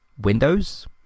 windows